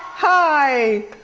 hi.